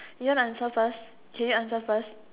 you want to answer first can you answer first